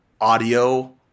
audio